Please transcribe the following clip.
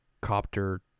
copter